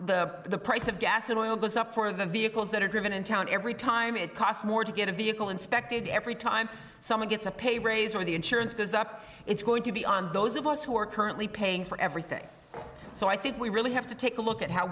time the price of gasoline goes up for the vehicles that are driven in town every time it cost more to get a vehicle inspected every time someone gets a pay raise or the insurance goes up it's going to be on those of us who are currently paying for everything so i think we really have to take a look at how